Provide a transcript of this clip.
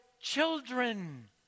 children